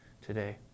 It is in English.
today